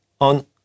on